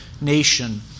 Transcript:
nation